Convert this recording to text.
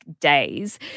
days